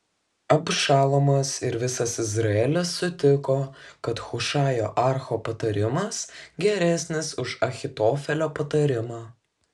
abšalomas ir visas izraelis sutiko kad hušajo archo patarimas geresnis už ahitofelio patarimą